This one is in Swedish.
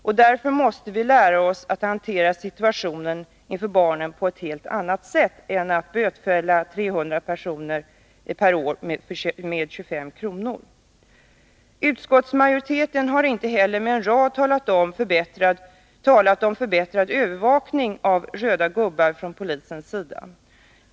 Och därför måste vi lära oss att hantera situationen inför barnen på ett helt annat sätt än genom att bötfälla 300 personer per år med 25 kr. Utskottsmajoriteten har inte heller med en rad talat om förbättrad övervakning av övergångsställen med röda gubbar från polisens sida.